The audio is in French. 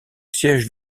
siège